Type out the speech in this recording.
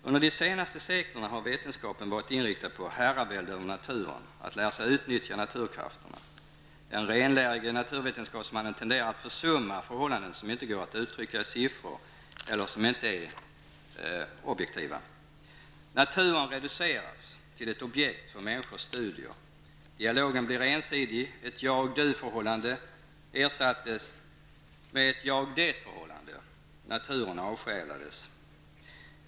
Under de senaste seklerna har vetenskapen varit inriktad på herravälde över naturen, att lära sig utnyttja naturkrafterna. Den renlärige naturvetenskapsmannen tenderar att försumma förhållanden som inte går att uttrycka i siffror eller inte är ''objektiva''. Naturen reduceras till ett objekt för människors studier. Dialogen blir ensidig -- ett ''jag-du-förhållande'' ersattes med ett ''jag-det-förhållande''. Naturen avsjälades.